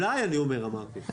אמרתי אולי.